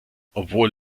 obwohl